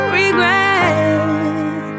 regret